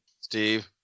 Steve